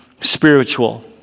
spiritual